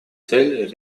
цель